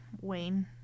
wayne